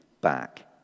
back